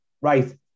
right